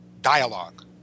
dialogue